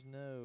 no